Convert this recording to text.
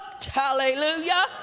Hallelujah